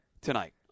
tonight